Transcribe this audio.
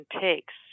takes